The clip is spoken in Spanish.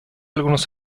algunos